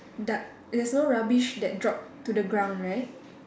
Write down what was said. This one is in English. du~ there's no rubbish that dropped to the ground right